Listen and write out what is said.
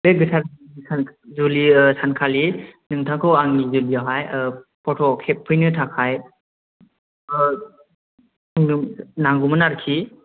बे गोथार जुलि सानखालि नोंथांखौ आंनि जुलिआवहाय फट' खेबफैनो थाखाय आंनो नांगौमोन आरोखि